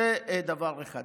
זה דבר אחד.